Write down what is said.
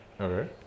Okay